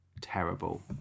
terrible